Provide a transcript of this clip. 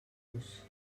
los